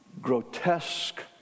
grotesque